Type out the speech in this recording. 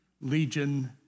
Legion